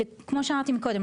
כמו שאמרתי מקודם,